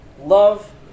love